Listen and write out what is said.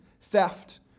theft